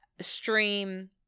stream